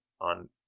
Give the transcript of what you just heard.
on